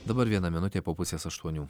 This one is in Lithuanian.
dabar viena minutė po pusės aštuonių